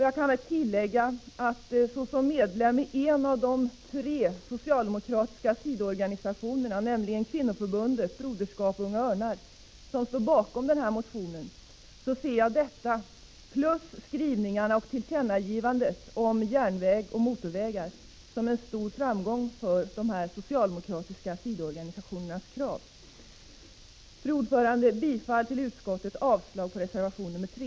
Jag kan tillägga att jag såsom medlem i en av de tre socialdemokratiska sidoorganisationerna Kvinnoförbundet, Broderskapsrörelsen och Unga örnar, som står bakom motionen, ser detta samt skrivningarna och tillkännagivandena om järnväg och motorvägar som en stor framgång för de socialdemokratiska sidoorganisationernas krav. Fru talman! Jag yrkar bifall till utskottets hemställan och avslag på reservation 3.